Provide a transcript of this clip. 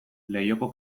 leihoko